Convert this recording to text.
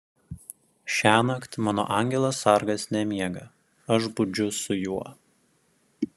šiąnakt mano angelas sargas nemiega aš budžiu su juo